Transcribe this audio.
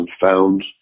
found